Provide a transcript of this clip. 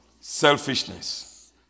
Selfishness